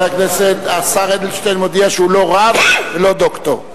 השר אדלשטיין מודיע שהוא לא רב ולא דוקטור.